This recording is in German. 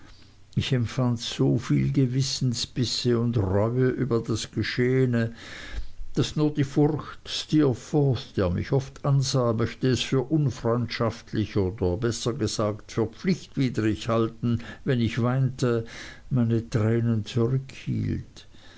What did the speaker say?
ich empfand so viel gewissensbisse und reue über das geschehene daß nur die furcht steerforth der mich oft ansah möchte es für unfreundschaftlich oder besser gesagt für pflichtwidrig halten wenn ich weinte meine tränen